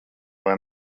vai